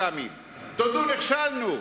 תודו, נכשלנו.